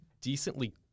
decently